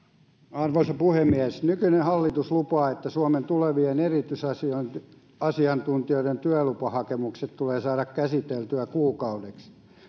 arvoisa puhemies nykyinen hallitus lupaa että suomeen tulevien erityisasiantuntijoiden työlupahakemukset tulee saada käsiteltyä kuukaudessa